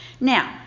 Now